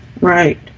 right